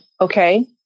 okay